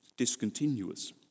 discontinuous